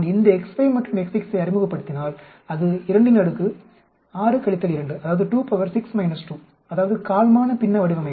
நான் இந்த x5 மற்றும் x6 ஐ அறிமுகப்படுத்தினால் அது 26 2 அதாவது கால்மான பின்ன வடிவமைப்பு